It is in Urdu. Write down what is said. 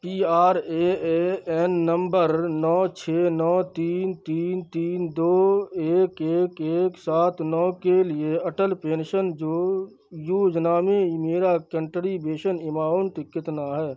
P R A A N number نو چھ نو تین تین تین دو ایک ایک ایک سات نو کے لیے اٹل پینشن جو یوجنا میں میرا کنٹریبیشن اماؤنٹ کتنا ہے